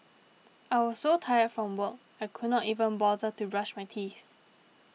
I was so tired from work I could not even bother to brush my teeth